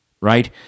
right